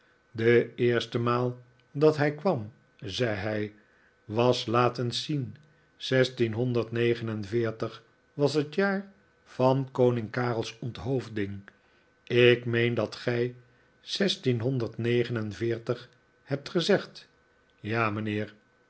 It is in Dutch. de eerste maal dat hij kwam zei hij was laat eens zien zestienhohderd negen en veertig was het jaar van koning karel's onthoofding ik meen dat gij zestienhonderd negen en veertig hebt gezegd ja mijnheer